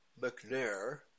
McNair